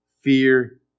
fear